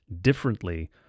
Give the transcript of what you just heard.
differently